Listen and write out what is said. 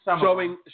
showing